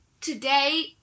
today